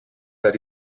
that